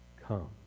Come